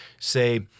say